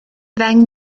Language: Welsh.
ddeng